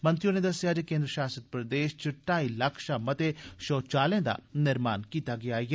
मंत्री होरें दस्सेआ जे केन्द्र शासित प्रदेश च ढाई लक्ख शा मते शौचालयें दा निर्माण कीता गेदा ऐ